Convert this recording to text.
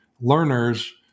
learners